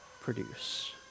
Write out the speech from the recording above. produce